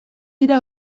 dira